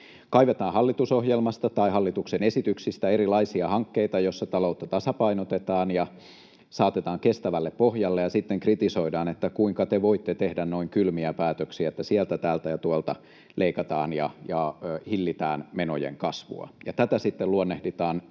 kaivetaan hallitusohjelmasta tai hallituksen esityksistä erilaisia hankkeita, joissa taloutta tasapainotetaan ja saatetaan kestävälle pohjalle, ja sitten kritisoidaan, että kuinka te voitte tehdä noin kylmiä päätöksiä, että sieltä, täältä ja tuolta leikataan ja hillitään menojen kasvua, ja tätä sitten luonnehditaan